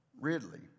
Ridley